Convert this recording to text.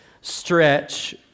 stretch